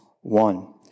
one